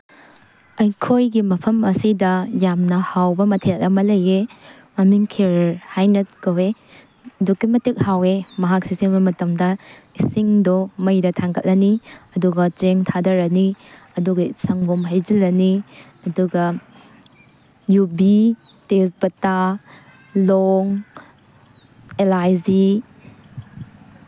ꯑꯩꯈꯣꯏꯒꯤ ꯃꯐꯝ ꯑꯁꯤꯗ ꯌꯥꯝꯟ ꯍꯥꯎꯕ ꯃꯊꯦꯜ ꯑꯃ ꯂꯩꯑꯦ ꯃꯃꯤꯡ ꯈꯦꯔ ꯍꯥꯏꯅ ꯀꯧꯑꯦ ꯑꯗꯨꯛꯀꯤ ꯃꯇꯤꯛ ꯍꯥꯎꯑꯦ ꯃꯍꯥꯛꯁꯤ ꯁꯦꯝꯕ ꯃꯇꯝꯗ ꯏꯁꯤꯡꯗꯣ ꯃꯩꯗ ꯊꯥꯡꯒꯠꯂꯅꯤ ꯑꯗꯨꯒ ꯆꯦꯡ ꯊꯥꯗꯔꯅꯤ ꯑꯗꯨꯒ ꯁꯪꯒꯣꯝ ꯍꯩꯖꯤꯜꯂꯅꯤ ꯑꯗꯨꯒ ꯌꯨꯕꯤ ꯇꯦꯁꯄꯇꯥ ꯂꯣꯡ ꯑꯦꯂꯥꯏꯆꯤ